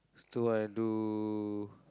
still wanna do